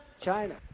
China